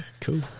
cool